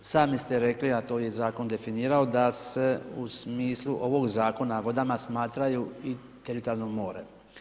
Sami ste rekli, a to je i zakon definirao, da se u smislu ovoga Zakona o vodama smatraju i teritorijalno more.